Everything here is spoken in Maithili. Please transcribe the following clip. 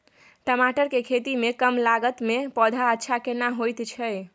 टमाटर के खेती में कम लागत में पौधा अच्छा केना होयत छै?